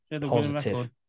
Positive